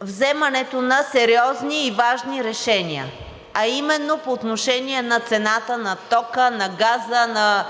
вземането на сериозни и важни решения, а именно по отношение на цената на тока, на газа, на